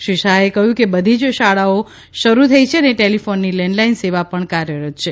શ્રી શાહે કહ્યું કે બધી જ શાળાઓ શરૂ થઇ છે અને ટેલીફોનની લેન્ડલાઇન સેવા પણ કાર્યરત છે